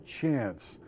chance